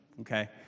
Okay